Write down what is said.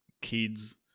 kids